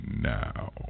now